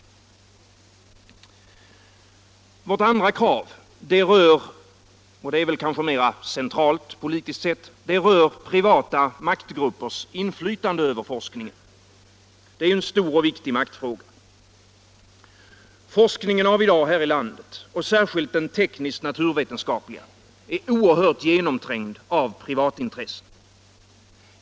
gor Vårt andra krav — och det är väl kanske mera centralt, politiskt sett — rör privata maktgruppers inflytande över forskningen. Det är en stor och viktig maktfråga. Forskningen av i dag här i landet, särskilt den teknisk-naturvetenskapliga, är oerhört genomträngd av privatintressen.